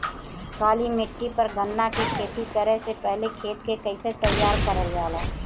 काली मिट्टी पर गन्ना के खेती करे से पहले खेत के कइसे तैयार करल जाला?